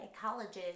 college's